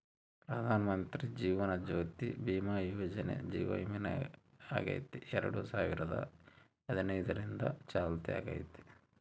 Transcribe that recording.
ಪ್ರಧಾನಮಂತ್ರಿ ಜೀವನ ಜ್ಯೋತಿ ಭೀಮಾ ಯೋಜನೆ ಜೀವ ವಿಮೆಯಾಗೆತೆ ಎರಡು ಸಾವಿರದ ಹದಿನೈದರಿಂದ ಚಾಲ್ತ್ಯಾಗೈತೆ